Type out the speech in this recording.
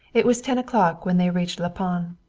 it was ten o'clock when they reached la panne.